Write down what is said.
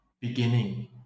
beginning